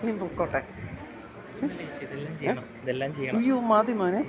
ഇനി പൊയ്ക്കോട്ടെ ഉയ്യോ മതി മോനെ